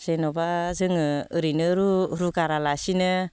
जेन'बा जोङो ओरैनो रुगारालासिनो